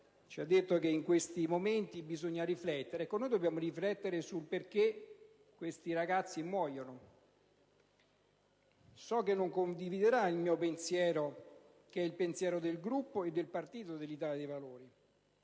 ci ha detto che in questi momenti bisogna riflettere. Noi allora dobbiamo riflettere sul perché questi ragazzi muoiono. So che non condividerà il mio pensiero, che è quello del Gruppo e del Partito dell'Italia dei Valori;